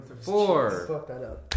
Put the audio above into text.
four